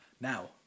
now